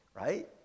right